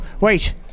wait